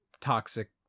toxic